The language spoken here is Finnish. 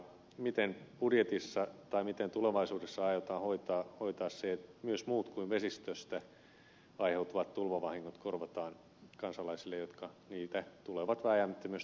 miten tulevaisuudessa aiotaan hoitaa se että myös muut kuin vesistöstä aiheutuvat tulvavahingot korvataan kansalaisille jotka niistä tulevat vääjäämättä myös tulevaisuudessa kärsimään